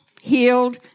healed